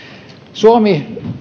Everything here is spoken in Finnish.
suomi